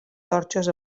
torxes